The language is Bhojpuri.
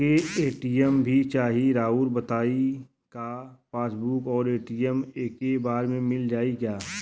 हमके ए.टी.एम भी चाही राउर बताई का पासबुक और ए.टी.एम एके बार में मील जाई का?